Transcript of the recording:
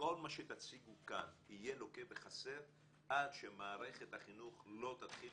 כל מה שתציגו כאן יהיה לוקה בחסר עד שמערכת החינוך לא תתחיל